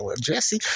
Jesse